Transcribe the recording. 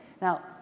Now